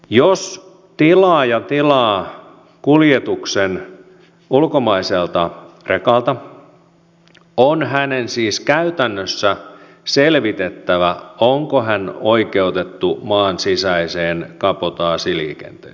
jos tilaaja tilaa kuljetuksen ulkomaiselta rekalta on hänen siis käytännössä selvitettävä onko hän oikeutettu maan sisäiseen kabotaasiliikenteeseen